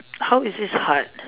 how is this hard